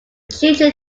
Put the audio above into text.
children